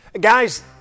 Guys